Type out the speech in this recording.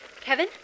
Kevin